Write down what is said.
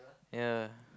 ya